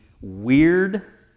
weird